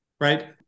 right